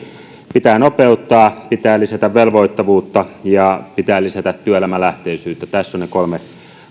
pitää nopeuttaa pitää lisätä velvoittavuutta ja pitää lisätä työelämälähtöisyyttä tässä ovat ne kolme